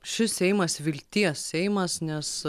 šis seimas vilties seimas nes